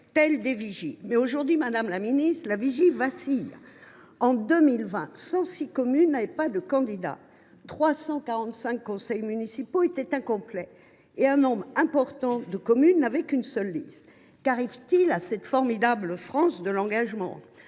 telles des vigies. Aujourd’hui, madame la ministre, la vigie vacille. En 2020, 106 communes n’avaient pas de candidats, 345 conseils municipaux étaient incomplets et un nombre important de communes n’avaient qu’une seule liste. Qu’arrive t il à cette formidable France de l’engagement ?